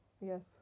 yes